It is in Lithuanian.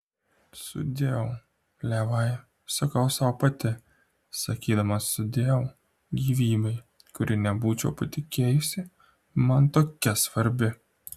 sudieu levai sakau sau pati sakydama sudieu gyvybei kuri nebūčiau patikėjusi man tokia svarbi